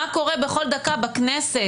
מה קורה בכל דקה בכנסת.